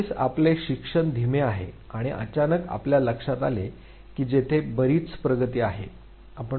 सुरुवातीस आपले शिक्षण धीमे आहे आणि अचानक आपल्या लक्षात आले की येथे एक बरीच प्रगती आहे